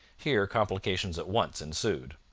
here complications at once ensued.